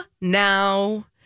Now